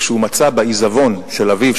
וכשהוא מצא בעיזבון של אביו,